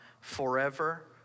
forever